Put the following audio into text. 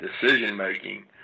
decision-making